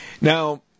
Now